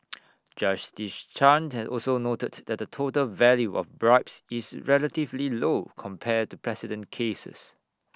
justice chan has also noted that the total value of bribes is relatively low compared to precedent cases